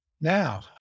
now